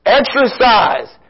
exercise